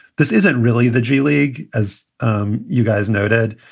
this isn't really the g league, as um you guys noted.